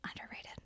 underrated